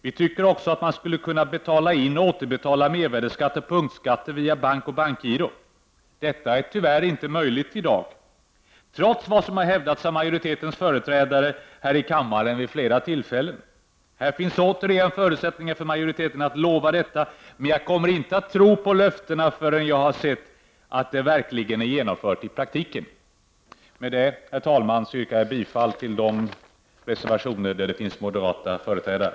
Vi tycker också att man skall kunna betala in och återbetala mervärdeskatt och punktskatter via bank och bankgiro. Detta är tyvärr inte möjligt i dag, trots vad som har hävdats av majoritetens företrädare här i kammaren vid flera tillfällen. Här finns återigen förutsättningar för majoriteten att lova detta, men jag kommer inte att tro på löftena förrän jag har sett att det hela verkligen är genomfört i praktiken. Med detta, herr talman, yrkar jag bifall till de reservationer där det finns moderata företrädare.